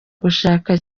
gushaka